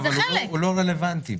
אבל הוא לא רלבנטי.